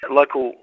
local